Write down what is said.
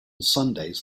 sundays